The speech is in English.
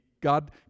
God